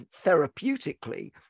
therapeutically